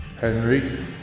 Henry